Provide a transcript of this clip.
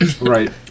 Right